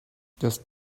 does